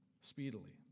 speedily